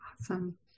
Awesome